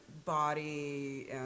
body